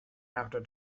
after